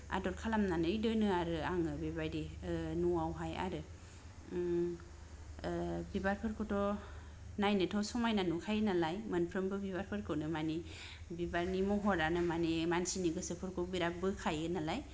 आदब खालामनानै दोनो आरो आङो बेबायदि ओ नआवहाय आरो ओम ओ बिबारफोरखौथ' नायनोथ' समायना नुखायो नालाय मोनफ्रोमबो बिबारफोरखौनो माने बिबारनि महरानो माने मानसिनि गोसोखौबो बिराद बोखायो नालाय